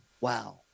wow